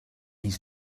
his